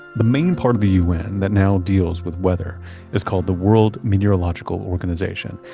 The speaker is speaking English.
the main part of the un that now deals with weather is called the world meteorological organization.